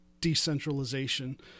decentralization